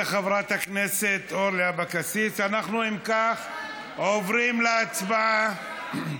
אם כך, אנחנו עוברים להצבעה.